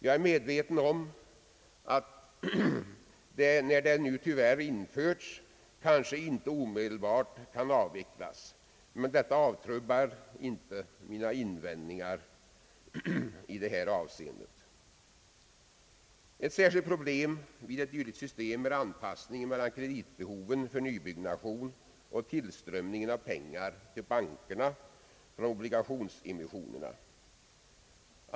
Jag är medveten om att den, när den nu tyvärr har införts, kanske inte omedelbart kan avvecklas, men detta avtrubbar inte mina invändningar i detta avseende. Ett särskilt problem med ett dylikt system är anpassningen mellan kreditivbehoven för nybyggnation och tillströmningen av pengar till bankerna från obligationsemissionerna.